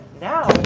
Now